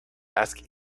ask